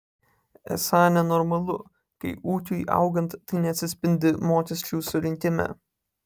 esą nenormalu kai ūkiui augant tai neatsispindi mokesčių surinkime